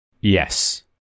Yes